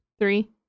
Three